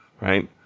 right